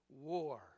War